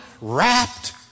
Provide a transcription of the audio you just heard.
wrapped